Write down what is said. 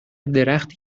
درختی